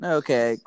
okay